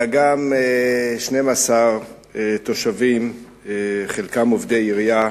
אלא גם 12 תושבים, חלקם עובדי עירייה,